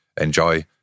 enjoy